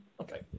Okay